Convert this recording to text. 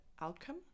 outcome